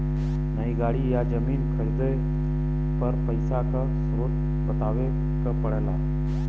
नई गाड़ी या जमीन खरीदले पर पइसा क स्रोत बतावे क पड़ेला